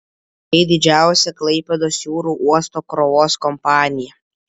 tai didžiausia klaipėdos jūrų uosto krovos kompanija